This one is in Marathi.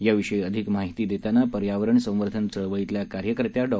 याविषयी अधिक माहिती देताना पर्यावरण संवर्धन चळवळीतल्या कार्यकर्त्या डॉ